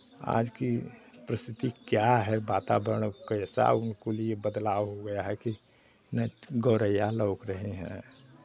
आज की परिस्थिति क्या है वातावरण कैसा उनके लिए बदलाव हो गया है कि ना गौरैया लौक रही हैं